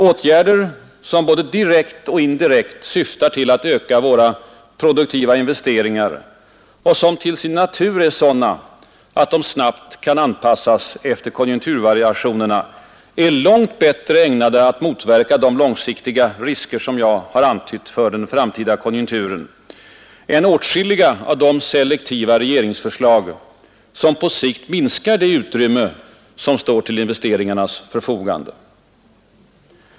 Åtgärder som både direkt och indirekt syftar till att öka våra produktiva investeringar och som till sin natur är sådana, att de snabbt kan anpassas efter konjunkturvariationerna, är långt bättre ägnade att motverka de långsiktiga risker jag har antytt för den framtida konjunkturen än åtskilliga av de selektiva regeringsförslag, som på sikt minskar det utrymme som står till investeringarnas förfogande.